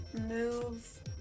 move